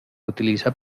utiliza